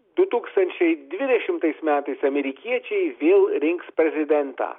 du tūkstančiai dvidešimtais metais amerikiečiai vėl rinks prezidentą